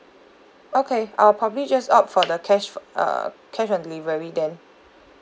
okay I'll probably just opt for the cash f~ uh cash on delivery then